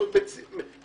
זאת אומרת,